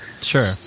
Sure